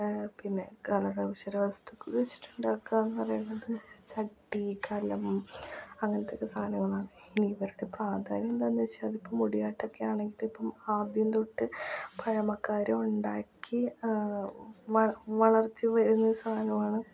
പിന്നെ കരകൗശല വസ്തുക്കൾ വെച്ചിട്ട് ഉണ്ടാക്കുക എന്ന് പറയുന്നത് ചട്ടി കലം അങ്ങനെത്തെയൊക്കെ സാധനങ്ങളാണ് ഇനി ഇവരുടെ പ്രാധാന്യം എന്താണെന്ന് വെച്ചാൽ ഇപ്പോൾ മുടിയാട്ടമൊക്കെ ആണെങ്കിൽ ആദ്യം തൊട്ട് പഴമക്കാർ ഉണ്ടാക്കി വളർച്ച് വരുന്ന സാധനമാണ്